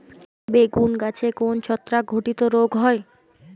বেগুন গাছে কোন ছত্রাক ঘটিত রোগ হয়?